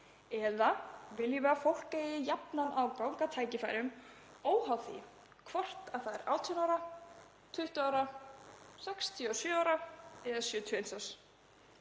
eða viljum við að fólk eigi jafnan aðgang að tækifærum óháð því hvort það er 18 ára, 20 ára, 67 ára eða 71 árs?